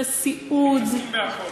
בסיעוד, אנחנו מתעסקים בכול.